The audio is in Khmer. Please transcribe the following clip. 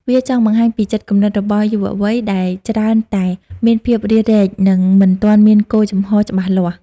វាចង់បង្ហាញពីចិត្តគំនិតរបស់យុវវ័យ ដែលច្រើនតែមានភាពរារែក និងមិនទាន់មានគោលជំហរច្បាស់លាស់។